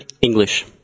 English